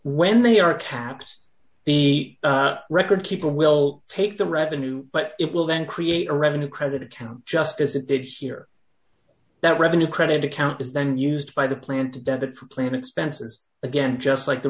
when they are caps the record keeper will take the revenue but it will then create a revenue credit account just as it did here that revenue credit account is then used by the plan to debit for plane expenses again just like the